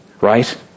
right